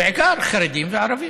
בעיקר חרדים וערבים.